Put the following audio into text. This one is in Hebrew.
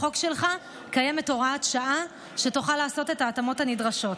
בחוק שלך קיימת הוראת שעה שתוכל לעשות את ההתאמות הנדרשות.